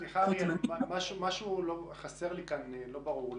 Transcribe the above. סליחה, משהו חסר לי, לא ברור לי: